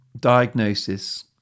diagnosis